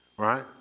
right